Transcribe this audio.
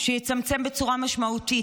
שיצמצם בצורה משמעותית,